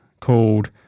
called